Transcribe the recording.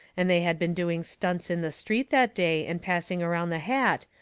and they had been doing stunts in the street that day and passing around the hat,